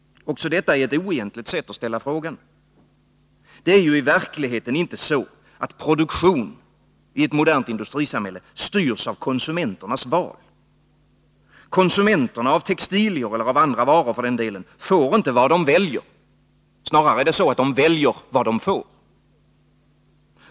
Också detta är ett oegentligt sätt att ställa frågan. Det är ju i verkligheten inte så att produktion i ett modernt industrisamhälle styrs av konsumenternas val. Konsumenterna av textilier eller andra varor får inte vad de väljer. Snarare väljer de vad de får.